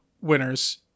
winners